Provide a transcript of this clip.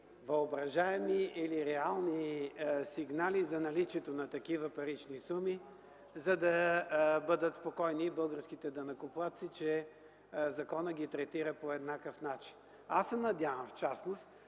въображаеми или реални сигнали за наличието на такива парични суми, за да бъдат спокойни българските данъкоплатци, че законът ги третира по еднакъв начин. Аз се надявам в частност,